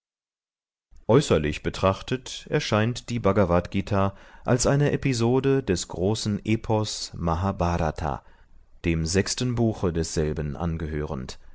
äußerlich betrachtet erscheint die bhagavadgt als eine episode des großen epos mahbhrata dem sechsten buche desselben angehörend